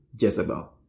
Jezebel